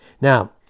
Now